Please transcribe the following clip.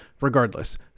Regardless